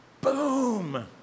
boom